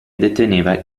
deteneva